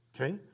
Okay